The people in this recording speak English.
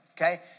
okay